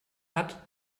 hat